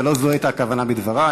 ולא זו הייתה הכוונה בדברי.